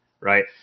right